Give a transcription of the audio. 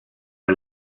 the